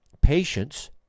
patience